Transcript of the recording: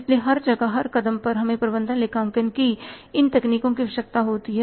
इसलिए हर जगह हर कदम पर हमें प्रबंधन लेखांकन की इन तकनीकों की आवश्यकता है